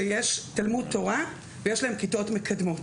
שיש תלמוד תורה ויש להם כיתות מקדמות.